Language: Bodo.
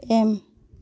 एम